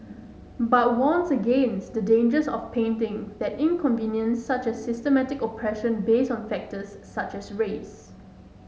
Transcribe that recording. but warns against the dangers of painting that inconvenience such as systemic oppression based on factors such as race